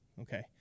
Okay